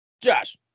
Josh